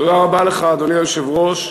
אדוני היושב-ראש,